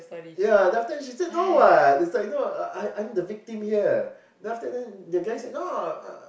yeah then after that she say no what is like you know I I'm the victim here then after that the guy say no I